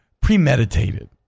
premeditated